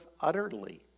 utterly